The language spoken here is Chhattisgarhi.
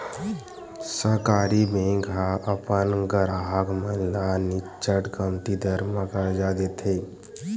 सहकारी बेंक ह अपन गराहक मन ल निच्चट कमती दर म करजा देथे